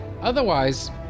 otherwise